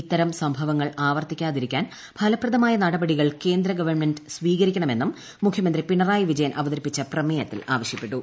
ഇത്തരം സംഭവങ്ങൾ ആവർത്തിക്കാതിരിക്കാൻ ഫലപ്രദമായ നടപടികൾ കേന്ദ്രഗവൺമെന്റ് സ്വീക്തിക്കണമെന്നും മുഖ്യമന്ത്രി പിണറായി വിജയൻ അവതരിപ്പിച്ച പ്രമേയത്തിൽ ആവശ്യപ്പെട്ടു